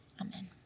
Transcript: Amen